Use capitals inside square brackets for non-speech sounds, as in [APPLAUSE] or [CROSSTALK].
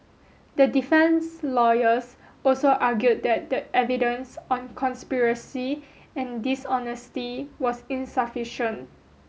the [UNINTELLIGIBLE] lawyers also argued that the evidence on conspiracy and dishonesty was insufficient